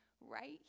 right